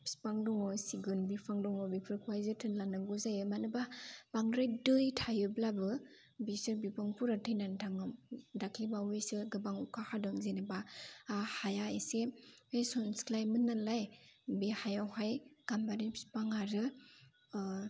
बिफां दङ सिगुन बिफां दङ बेफोरखौहाय जोथोन लानांगौ जायो मानोना बांद्राय दै थायोब्लाबो बिसोर बिफांफोरा थैनानै थाङो दाख्लैबावैसो गोबां अखा हादों जेनेबा हाया एसे सनस्लायोमोन नालाय बे हायावहाय गाम्बारि बिफां आरो